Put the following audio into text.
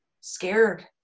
scared